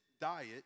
diet